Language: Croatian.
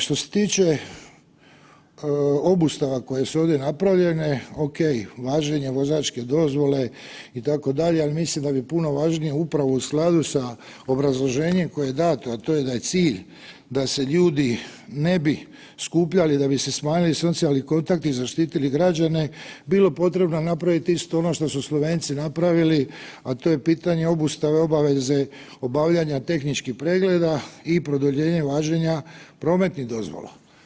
Što se tiče obustava koje su ovdje napravljene, ok, važenje vozačke dozvole itd., ali mislim da bi puno važnije upravo u skladu s obrazloženjem koje je dato, a to je da je cilj da se ljudi ne bi skupljali, da bi se smanjili socijalni kontakti i zaštitili građane bilo potrebno napraviti isto ono što su Slovenci napravili, a to je pitanje obustave obaveze obavljanja tehničkih pregleda i produljenje važenja prometnih dozvola.